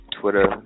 Twitter